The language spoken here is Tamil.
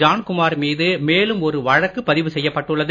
ஜான் குமார் மீது மேலும் ஒரு வழக்கு பதிவு செய்யப்பட்டுள்ளது